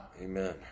Amen